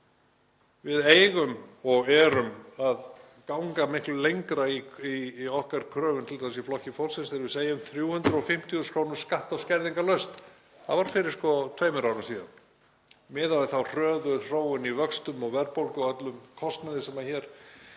Við eigum og erum að ganga miklu lengra í okkar kröfum, t.d. í Flokki fólksins, þegar við segjum 350.000 kr. skatta- og skerðingarlaust. Það var fyrir tveimur árum síðan. Miðað við þá hröðu þróun í vöxtum og verðbólgu og öllum kostnaði sem hér